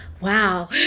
wow